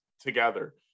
together